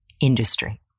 industry